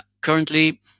currently